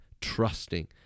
trusting